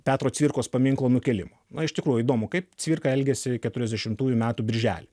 petro cvirkos paminklo nukėlimo na iš tikrųjų įdomu kaip cvirka elgėsi keturiasdešimtųjų metų birželį